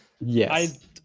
yes